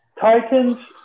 Titans